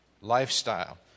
lifestyle